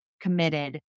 committed